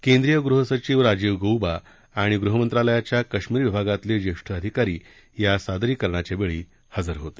केंद्रीय गृह सचिव राजीव गऊबा आणि गृहमंत्रालयाच्या कश्मीर विभागातले ज्येष्ठ अधिकारी या सादरीकरणाच्यावेळी हजर होते